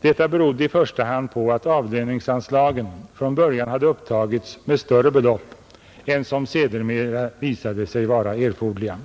Detta berodde i första hand på att avlöningsanslagen från början hade upptagits med större belopp än som sedermera visade sig vara erforderliga.